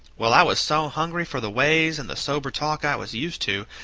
well, i was so hungry for the ways and the sober talk i was used to,